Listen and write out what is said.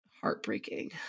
heartbreaking